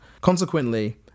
Consequently